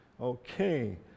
Okay